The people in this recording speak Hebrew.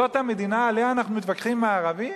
זאת המדינה שעליה אנחנו מתווכחים עם הערבים?